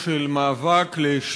שאותו רופא צעיר קיבל דום לב